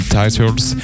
titles